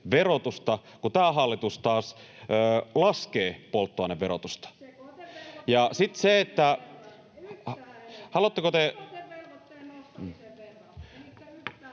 kun tämä hallitus taas laskee polttoaineverotusta.